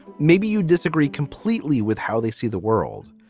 maybe you disagree completely with how they see the world.